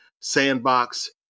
sandbox